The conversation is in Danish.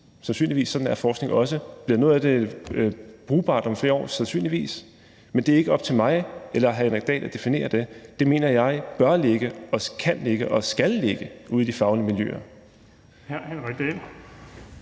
Sandsynligvis. Sådan er forskning også. Bliver noget af det brugbart om flere år? Sandsynligvis. Men det er ikke op til mig eller hr. Henrik Dahl at definere det. Det mener jeg bør ligge og kan ligge og skal ligge ude i de faglige miljøer.